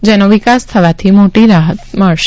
જેનો વિકાસ થવાથી મોટી રાહત મળશે